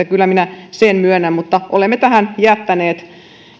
kyllä minä sen myönnän mutta olemme tähän jättäneet